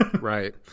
right